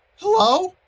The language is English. hello?